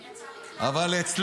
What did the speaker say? היה צריך לעבור --- אבל אצלנו,